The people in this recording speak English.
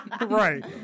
Right